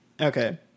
Okay